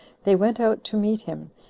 they went out to meet him,